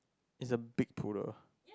is a big poodle